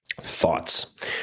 Thoughts